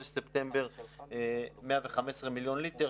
בחודש ספטמבר 115 מיליון ליטר,